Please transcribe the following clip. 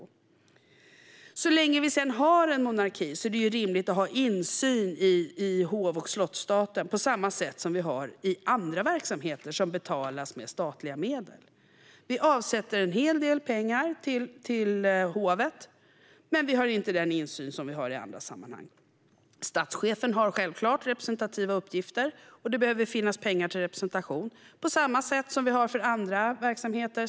Men så länge Sverige är en monarki är det rimligt att vi har insyn i hov och slottsstaten på samma sätt som vi har i andra verksamheter som betalas med statliga medel. Vi avsätter en hel del pengar till hovet, men vi har inte den insyn som vi har i andra sammanhang. Statschefen har självklart representativa uppgifter, och det behöver finnas pengar till representation på samma sätt som det gör det för andra verksamheter.